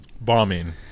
bombing